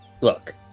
Look